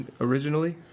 originally